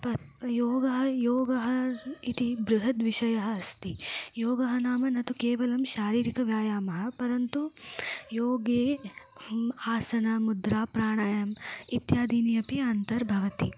पर् योगः योगः इति बृहद् विषयः अस्ति योगः नाम न तु केवलं शारीरिकः व्यायामः परन्तु योगे हम् आसनं मुद्रा प्राणायामम् इत्यादीनि अपि अन्तर्भवन्ति